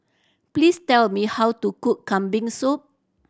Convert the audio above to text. please tell me how to cook Kambing Soup